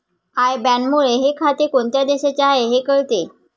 I बॅनमुळे हे खाते कोणत्या देशाचे आहे हे कळते